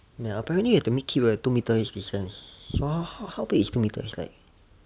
ya apparantly you have to keep like two metres distance how big is two metres it's like